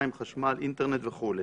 מים, חשמל, אינטרנט וכו'.